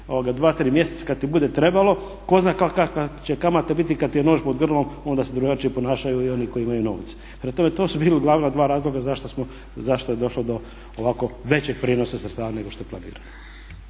tri mjeseca kada ti bude trebalo. Tko zna kakva će kamata biti kada ti je nož pod grlom onda se drugačije ponašaju i oni koji imaju novce. Prema tome, to su bila dva glavna razloga zašto je došlo do ovako većeg prijenosa sredstava nego što je planirano.